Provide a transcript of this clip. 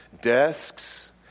desks